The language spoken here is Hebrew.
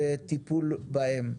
וטיפול בהן.